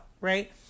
right